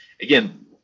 again